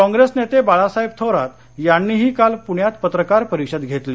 काँप्रेस नेते बाळासाहेब थोरात यांनीही काल पृण्यात पत्रकार परिषद घेतली